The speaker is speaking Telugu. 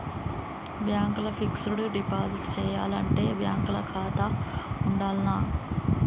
బ్యాంక్ ల ఫిక్స్ డ్ డిపాజిట్ చేయాలంటే బ్యాంక్ ల ఖాతా ఉండాల్నా?